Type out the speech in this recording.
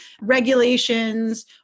regulations